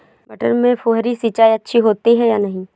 मटर में फुहरी सिंचाई अच्छी होती है या नहीं?